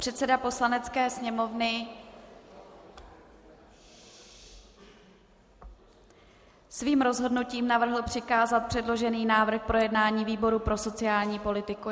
Předseda Poslanecké sněmovny svým rozhodnutím navrhl přikázat předložený návrh k projednání výboru pro sociální politiku.